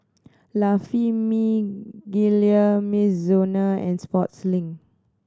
La Famiglia Mizuno and Sportslink